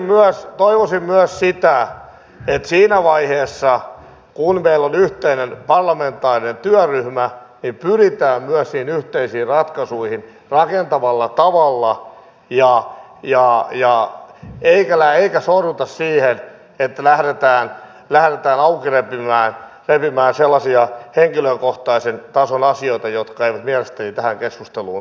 minä toivoisin myös sitä että siinä vaiheessa kun meillä on yhteinen parlamentaarinen työryhmä pyritään myös niihin yhteisiin ratkaisuihin rakentavalla tavalla ja joo joo ei täällä eikä sorruta siihen että lähdetään auki repimään sellaisia henkilökohtaisen tason asioita jotka eivät mielestäni tähän keskusteluun lainkaan kuulu